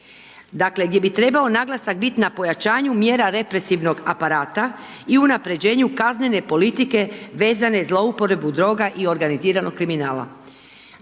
dakle, gdje bi trebao naglasak biti na pojačanju mjera represivnog aparata i unapređenju kaznene politike vezane za zlouporabu droga i organiziranog kriminala.